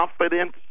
confidence